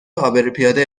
عابرپیاده